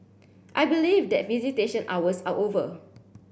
I believe that visitation hours are over